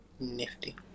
nifty